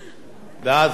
סעיפים 1 6 נתקבלו.